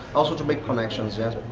also to make connection, yes,